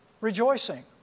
rejoicing